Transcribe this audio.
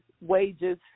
wages